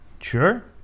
Sure